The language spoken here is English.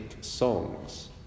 songs